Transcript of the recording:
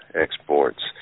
exports